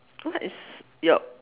what is your